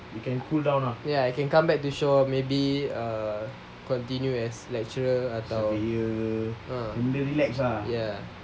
you can pull down ah ya you can come back to shore maybe err continue as lecturer I you relax ah ya